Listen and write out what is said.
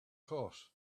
course